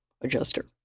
Adjuster